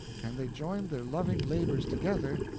and they joined their loving labors together,